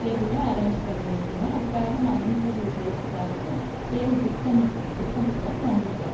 டேபிளில் அரேஞ்ச் பண்ணி வைக்கிணும் அதுக்காக நான் முன்பதிவு செய்கிறத்துக்காக டேபிள் புக் பண்ணி புக் பண்ணுறத்துக்காக வந்திருக்கேன்